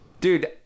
dude